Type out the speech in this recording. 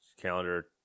calendar